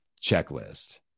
checklist